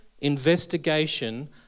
investigation